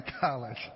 college